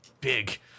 big